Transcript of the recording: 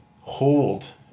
hold